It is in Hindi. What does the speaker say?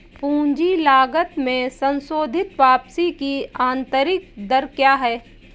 पूंजी लागत में संशोधित वापसी की आंतरिक दर क्या है?